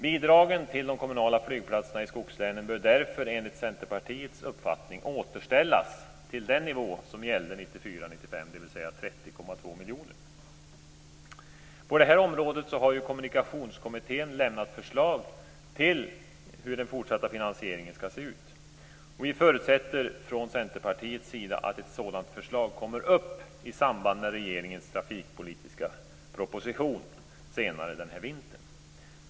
Bidragen till de kommunala flygplatserna i skogslänen bör därför enligt Centerpartiets uppfattning återställas till den nivå som gällde 1994/95, dvs. 30,2 På det här området har ju Kommunikationskommittén lämnat förslag till hur den fortsatta finansieringen skall se ut. Vi förutsätter från Centerpartiets sida att ett sådant förslag kommer upp i samband med regeringens trafikpolitiska proposition senare den här vintern.